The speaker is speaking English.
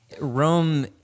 Rome